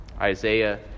Isaiah